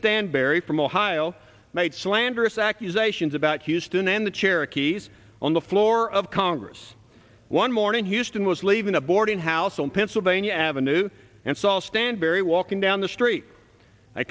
stanbury from ohio made slanderous accusations about houston and the cherokees on the floor of congress one morning houston was leaving a boarding house on pennsylvania avenue and saw stanbury walking down the street